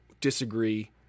disagree